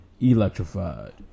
electrified